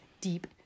deep